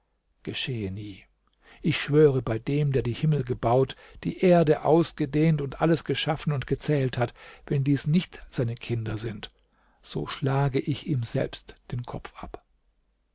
nie ich schwöre bei dem der die himmel gebaut die erde ausgedehnt und alles geschaffen und gezählt hat wenn dies nicht seine kinder sind so schlage ich ihm selbst den kopf ab